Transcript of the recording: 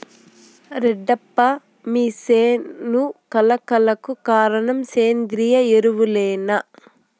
రెడ్డప్ప మీ సేను కళ కళకు కారణం సేంద్రీయ ఎరువులేనా